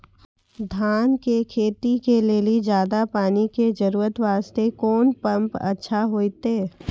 धान के खेती के लेली ज्यादा पानी के जरूरत वास्ते कोंन पम्प अच्छा होइते?